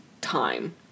time